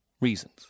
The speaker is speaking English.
reasons